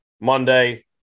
Monday